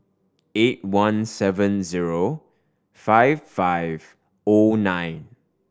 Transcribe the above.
eight one seven zero five five O nine